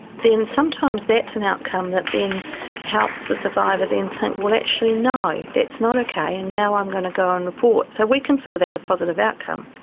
then sometimes that's an outcome that then helps the survivor then think, well, actually no, that's not okay and now i'm going to go and report. so we consider that a positive outcome.